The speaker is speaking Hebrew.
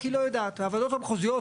כי היא לא יודעת הוועדות המחוזיות,